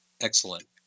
Excellent